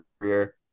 career